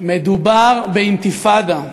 מדובר באינתיפאדה.